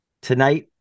tonight